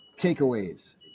takeaways